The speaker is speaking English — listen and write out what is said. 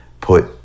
put